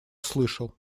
слышал